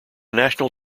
national